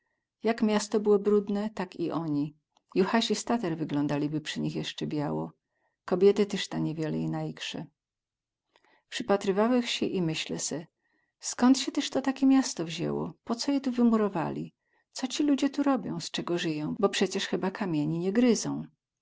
jak miasto było brudne tak i oni juhasi z tater wyglądaliby przy nich jesce biało kobiety tyz ta niewiele inaikse przypatrowałech sie i myślałech se skąd sie tyz to takie miasto wzięło po co je tu wymurowali co ci ludzie tu robią z cego zyją bo przecie cheba kamieni nie gryzą